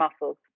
muscles